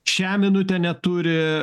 šią minutę neturi